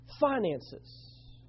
finances